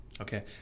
Okay